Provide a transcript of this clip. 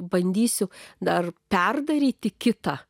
bandysiu dar perdaryti kitą